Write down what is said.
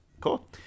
cool